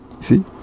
See